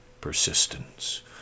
persistence